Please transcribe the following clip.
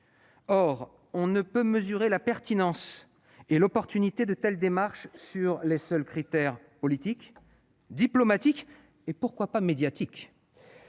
Or on ne peut mesurer la pertinence et l'opportunité de telles démarches sur les seuls critères politiques, diplomatiques et- pourquoi pas ? -médiatiques.